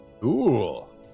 Cool